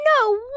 No